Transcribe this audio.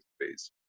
space